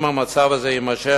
אם המצב הזה יימשך,